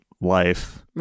life